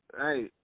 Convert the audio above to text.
Hey